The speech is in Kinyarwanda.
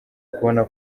kubona